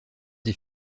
des